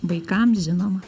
vaikams žinoma